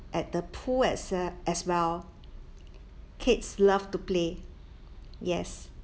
at the pool at sel~ as well kids love to play yes